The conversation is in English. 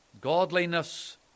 Godliness